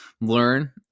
learn